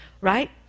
right